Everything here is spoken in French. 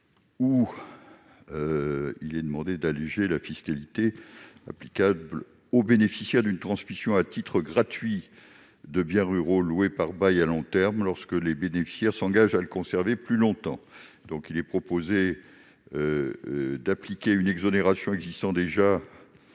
Il s'agit d'alléger la fiscalité applicable aux bénéficiaires d'une transmission à titre gratuit de biens ruraux loués par bail à long terme, lorsque les bénéficiaires s'engagent à le conserver plus longtemps. Ainsi, il est proposé de porter l'exonération de